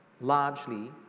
largely